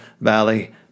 valley